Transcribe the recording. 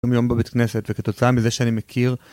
יום-יום בבית כנסת, וכתוצאה מזה שאני מכיר